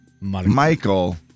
Michael